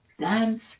dance